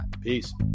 Peace